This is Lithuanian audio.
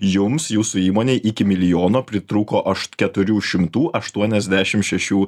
jums jūsų įmonei iki milijono pritrūko aš keturių šimtų aštuoniasdešim šešių